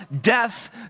death